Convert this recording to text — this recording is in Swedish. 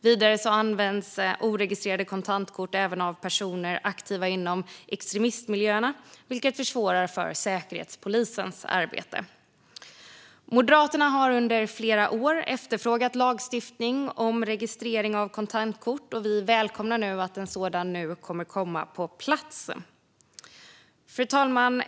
Vidare används oregistrerade kontantkort även av personer aktiva inom extremistmiljöer, vilket försvårar Säkerhetspolisens arbete. Moderaterna har under flera år efterfrågat lagstiftning om registrering av kontantkort, och vi välkomnar att sådan nu kommer på plats. Fru talman!